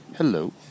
Hello